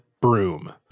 broom